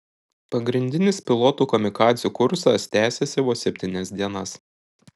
pagrindinis pilotų kamikadzių kursas tęsėsi vos septynias dienas